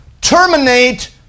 terminate